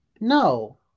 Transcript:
no